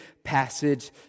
passage